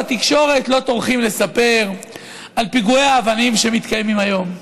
בתקשורת לא טורחים לספר על פיגועי האבנים שמתקיימים היום,